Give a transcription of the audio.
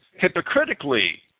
hypocritically